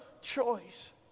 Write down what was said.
choice